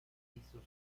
hizo